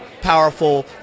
powerful